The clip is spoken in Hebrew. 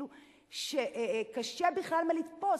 שקשה לתפוס.